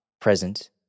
present